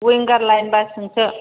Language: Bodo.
विंगार लाइन बास जों सो